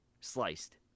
sliced